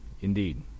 Indeed